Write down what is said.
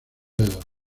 dedos